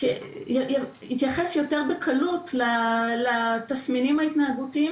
יתייחס יותר בקלות לתסמינים ההתנהגותיים